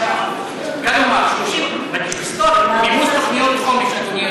כלומר, 30, היסטורית, מימוש תוכניות חומש, אדוני,